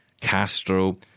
Castro